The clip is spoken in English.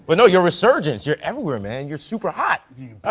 but, no, your resurgence. you're everywhere, man. you're super hot. oh.